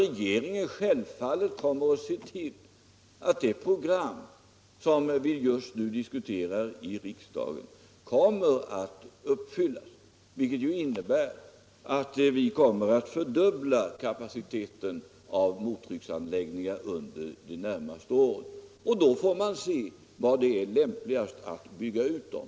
Regeringen kommer självfallet att se till att det program som vi nu diskuterar i riksdagen kommer att uppfyllas. Det innebär att vi under de närmaste åren kommer att fördubbla kapaciteten av mottrycksanläggningar — och då får man se var det är lämpligast att bygga ut dem.